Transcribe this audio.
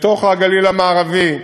לתוך הגליל המערבי,